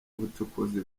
ubucukuzi